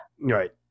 Right